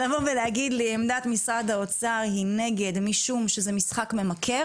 להגיד לי שעמדת משרד האוצר היא נגד משום שזה משחק ממכר